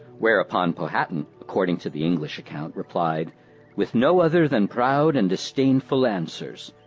whereupon powhatan, according to the english account, replied with no other than proud and disdainful answers.